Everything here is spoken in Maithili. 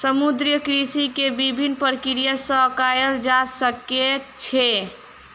समुद्रीय कृषि के विभिन्न प्रक्रिया सॅ कयल जा सकैत छै